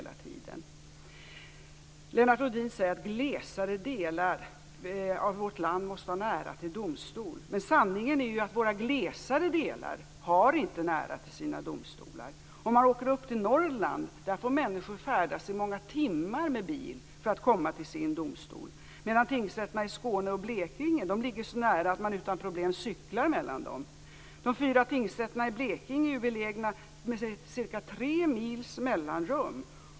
Lennart Rohdin säger att glesbygden i vårt land måste ha nära till domstol, men sanningen är ju att man i glesbygden inte har nära till sina domstolar. I Norrland får människor färdas i många timmar med bil för att komma till sin domstol, medan tingsrätterna i Skåne och Blekinge ligger så nära att man utan problem kan cykla emellan dem. De fyra tingsrätterna i Blekinge är belägna med cirka tre mils mellanrum.